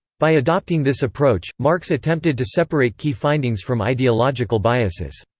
by adopting this approach, marx attempted to separate key findings from ideological biases.